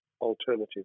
alternative